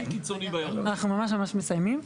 אנחנו ממש מסיימים.